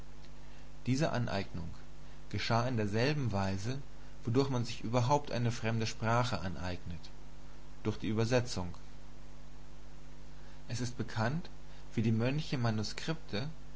diese aneignung geschah in derselben weise wodurch man sich überhaupt eine fremde sache aneignet durch die übersetzung es ist bekannt wie die mönche manuskripte